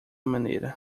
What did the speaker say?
maneira